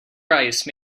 rice